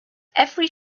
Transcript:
every